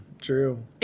true